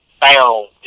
found